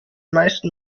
meisten